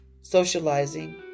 socializing